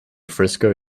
frisco